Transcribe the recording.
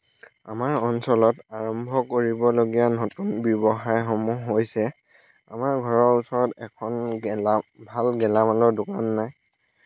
আমাৰ অঞ্চলত আৰম্ভ কৰিবলগীয়া নতুন ব্যৱসায়সমূহ হৈছে আমাৰ ঘৰৰ ওচৰত এখন গেলা ভাল গেলামালৰ দোকান নাই